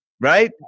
right